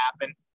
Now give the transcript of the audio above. happen